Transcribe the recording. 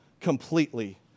completely